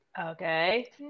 Okay